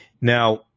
now